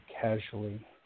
casually